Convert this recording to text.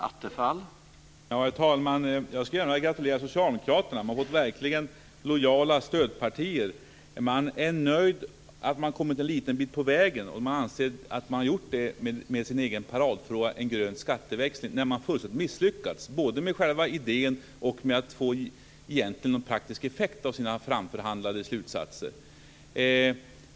Herr talman! Jag skulle vilja gratulera Socialdemokraterna. De har verkligen fått lojala stödpartier. Miljöpartiet är nöjt med att man har kommit en liten bit på vägen, och man anser att man har gjort det med sin egen paradfråga, en grön skatteväxling. Man har ju misslyckats fullständigt både med själva idén och med att egentligen få någon praktisk effekt av sina framförhandlade resultat.